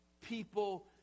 people